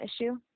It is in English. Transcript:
issue